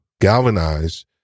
galvanize